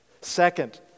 Second